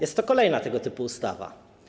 Jest to kolejna tego typu ustawa.